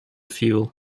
fuel